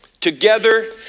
together